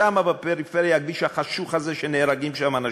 שם בפריפריה, הכביש החשוך הזה שנהרגים שם אנשים,